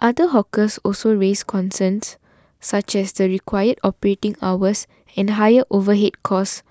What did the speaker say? other hawkers also raised concerns such as the required operating hours and higher overhead costs